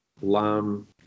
Lamb